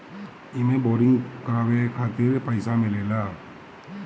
एमे बोरिंग करावे खातिर पईसा मिलेला